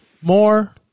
more